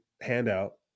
handout